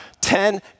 Ten